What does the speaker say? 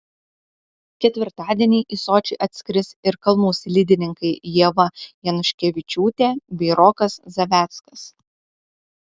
ketvirtadienį į sočį atskris ir kalnų slidininkai ieva januškevičiūtė bei rokas zaveckas